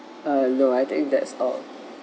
uh no I think that's all